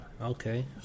Okay